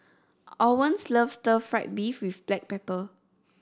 Owens loves Stir Fried Beef with Black Pepper